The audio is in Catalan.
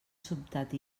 sobtat